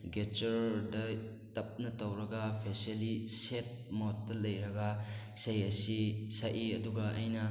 ꯒꯦꯆꯔꯗ ꯇꯞꯅ ꯇꯧꯔꯒ ꯐꯦꯁꯦꯜꯂꯤ ꯁꯦꯗ ꯃꯣꯠꯇ ꯂꯩꯔꯒ ꯏꯁꯩ ꯑꯁꯤ ꯁꯛꯏ ꯑꯗꯨꯒ ꯑꯩꯅ